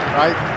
right